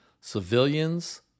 Civilians